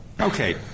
Okay